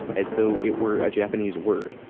as though it were a japanese word.